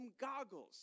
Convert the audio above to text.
goggles